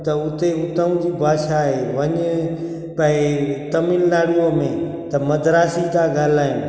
त हुते हुतां जी भाषा आहे वञ भई तमिलनाडूअ में त मदरासी ता ॻाल्हाइनि